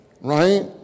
right